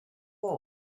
war